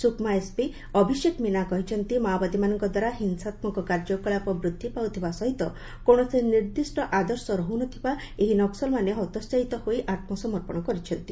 Sukma SP Abhishek Meena କହିଛନ୍ତି ମାଓବାଦୀମାନଙ୍କ ଦ୍ୱାରା ହିଂସାତ୍ମକ କାର୍ଯ୍ୟକଳାପ ବୃଦ୍ଧି ପାଉଥିବା ସହିତ କୌଣସି ନିର୍ଦ୍ଦିଷ୍ଟ ଆଦର୍ଶ ରହୁନଥିବା ଏହି ନକ୍କଲମାନେ ହତୋସାହିତ ହୋଇ ଆତ୍ମସମର୍ପଣ କରିଛନ୍ତି